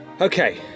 Okay